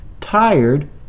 Tired